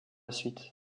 suite